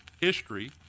History